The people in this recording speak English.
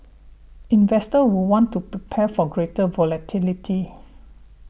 investors will want to prepare for greater volatility